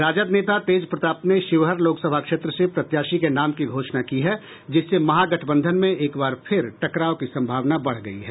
राजद नेता तेजप्रताप ने शिवहर लोकसभा क्षेत्र से प्रत्याशी के नाम की घोषणा की है जिससे महागठबंधन में एक बार फिर टकराव की संभावना बढ़ गयी है